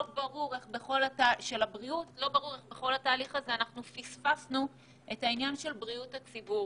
לא ברור איך בכל התהליך הזה פספסנו את בריאות הציבור.